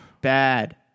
Bad